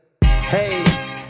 Hey